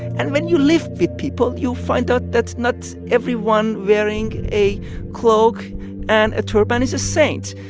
and when you live with people, you find out that not everyone wearing a cloak and a turban is a saint.